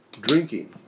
drinking